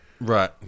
Right